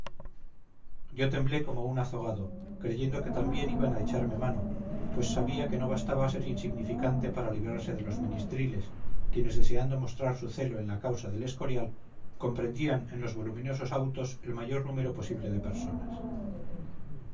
yo temblé como un azogado creyendo que también iban a echarme mano pues sabía que no bastaba ser insignificante para librarse de los ministriles quienes deseando mostrar su celo en la causa del escorial comprendían en los voluminosos autos el mayor número posible de personas